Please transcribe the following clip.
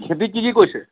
খেতি কি কি কৰিছে